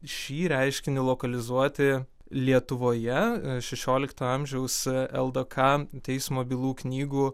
šį reiškinį lokalizuoti lietuvoje šešiolikto amžiaus ldk teismo bylų knygų